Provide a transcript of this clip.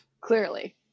Clearly